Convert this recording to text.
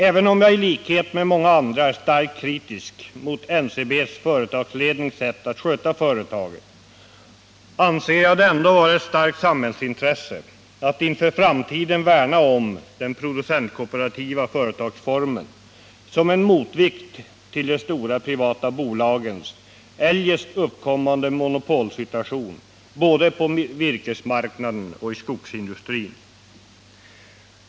Även om jag i likhet med många andra är starkt kritisk mot NCB:s företagslednings sätt att sköta företaget, anser jag det ändå vara ett stort samhällsintresse att inför framtiden värna om den producentkooperativa företagsformen som en motvikt mot de stora privata bolagens eljest uppkommande monopolsituation både på virkesmarknaden och i skogsindustrin.